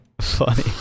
funny